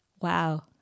Wow